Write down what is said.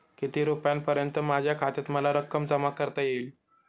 किती रुपयांपर्यंत माझ्या खात्यात मला रक्कम जमा करता येईल?